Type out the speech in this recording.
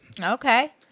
Okay